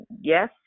yes